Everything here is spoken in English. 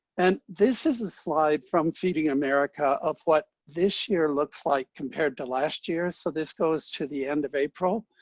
and this is a slide from feeding america of what this year looks like compared to last year. so this goes to the end of april.